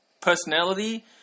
personality